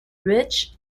rich